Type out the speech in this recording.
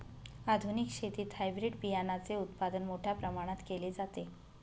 आधुनिक शेतीत हायब्रिड बियाणाचे उत्पादन मोठ्या प्रमाणात केले जाते